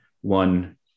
one